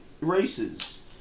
races